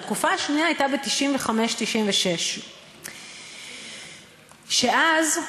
התקופה השנייה הייתה ב-1996 1996. אז,